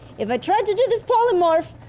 if i try to do this polymorph